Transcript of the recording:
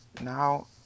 Now